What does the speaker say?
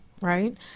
right